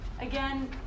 Again